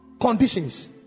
conditions